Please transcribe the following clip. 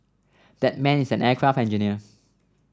that man is an aircraft engineer